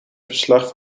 verslag